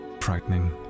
frightening